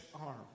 arm